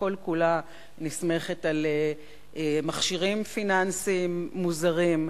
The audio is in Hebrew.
שכל כולה נסמכת על מכשירים פיננסיים מוזרים,